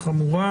שלום לכולם.